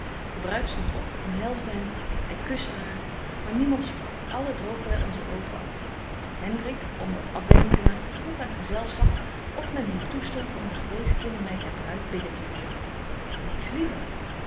de bruid stondt op omhelsde hem hy kuste haar maar niemand sprak allen droogden wy onze oogen af hendrik om wat afwending te maken vroeg aan t gezelschap of men hem toestondt om de gewezen kindermeid der bruid binnen te verzoeken niets liever